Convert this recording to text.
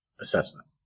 assessment